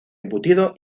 embutido